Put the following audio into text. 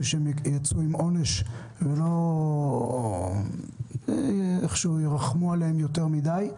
שהם ייצאו עם עונש ולא ירחמו עליהם יותר מדיי.